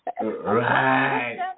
Right